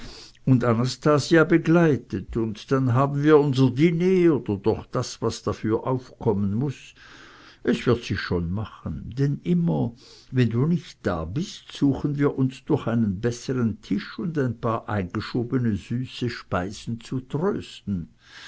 und anastasia begleitet und dann haben wir unser diner oder doch das was dafür aufkommen muß und es wird sich schon machen denn immer wenn du nicht da bist suchen wir uns durch einen besseren tisch und ein paar eingeschobene süße speisen zu trösten